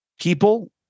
people